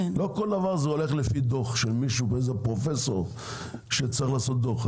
לא כל דבר הולך לפי דוח של מישהו ואיזה פרופסור שצריך לעשות דוח,